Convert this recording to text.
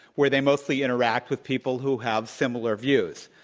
where they mostly interact with people who have similar views.